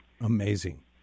Amazing